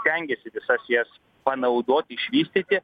stengiasi visas jas panaudoti išvystyti